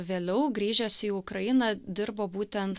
vėliau grįžęs į ukrainą dirbo būtent